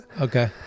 Okay